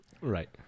Right